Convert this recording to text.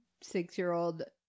six-year-old